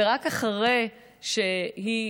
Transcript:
ורק אחרי שהיא